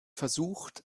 versucht